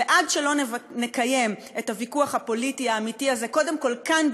ועד שלא נקיים את הוויכוח הפוליטי האמיתי הזה קודם כול כאן,